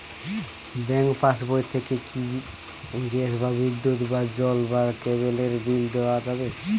Bank পাশবই থেকে কি গ্যাস বা বিদ্যুৎ বা জল বা কেবেলর বিল দেওয়া যাবে?